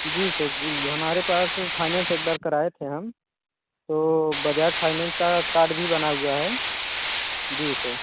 जी sir जी हमारे पास फाइनेंस एक बार कराऐ थे हम तो बग़ैर फाइनेंस का कार्ड भी बना हुआ है जी सर